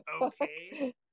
okay